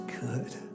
good